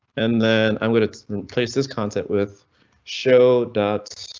and then i'm going to place this concept with show dot.